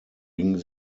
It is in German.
ging